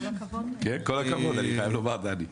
כל הכבוד אני חייב לומר דני.